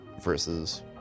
versus